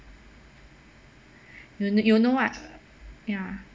you you'll know what ya